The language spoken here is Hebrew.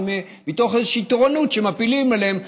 כי אם מתוך תורנות שמפילים עליהם,